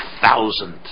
thousand